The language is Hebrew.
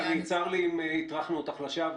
צר לי אם הטרחנו אותך לשווא.